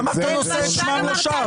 למה אתה נושא את שמם לשווא?